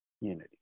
unity